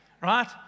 right